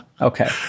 Okay